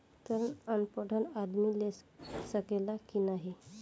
ऋण अनपढ़ आदमी ले सके ला की नाहीं?